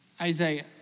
Isaiah